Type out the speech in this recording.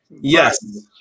Yes